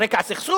על רקע הסכסוך?